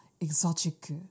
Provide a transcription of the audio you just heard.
exotic